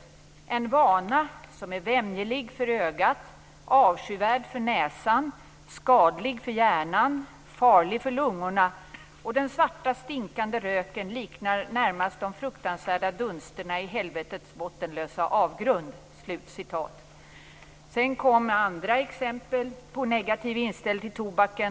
här: "En vana, som är vämjelig för ögat, avskyvärd för näsan, skadlig för hjärnan, farlig för lungorna och den svarta stinkande röken liknar närmast de fruktansvärda dunsterna i helvetets bottenlösa avgrund." Senare kom det andra exempel på en negativ inställning till tobaken.